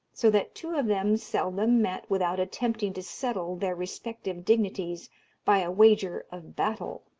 so that two of them seldom met without attempting to settle their respective dignities by a wager of battle.